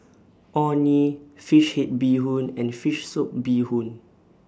Orh Nee Fish Head Bee Hoon and Fish Soup Bee Hoon